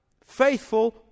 faithful